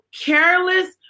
careless